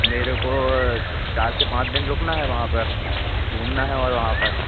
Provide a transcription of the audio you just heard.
मेरे को चार से पाँच दिन रुकना है वहाँ पर घूमना है और वहाँ पर